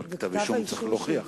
אבל כתב אישום צריך להוכיח,